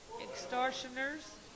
Extortioners